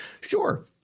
Sure